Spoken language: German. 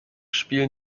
spielen